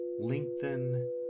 lengthen